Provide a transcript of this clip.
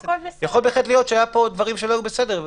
יכול להיות שהיו פה דברים שלא היו בסדר.